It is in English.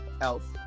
Elf